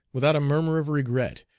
without a murmur of regret,